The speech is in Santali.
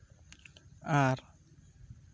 ᱟᱨ